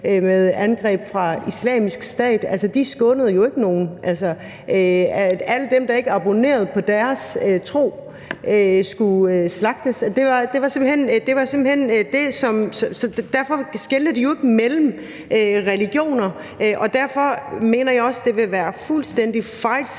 til angreb fra Islamisk Stat, altså, de skånede jo ikke nogen – alle dem, der ikke abonnerede på deres tro, skulle slagtes – de skelner jo ikke mellem religioner. Derfor mener jeg også, det vil være fuldstændig fejlslagent